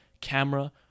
camera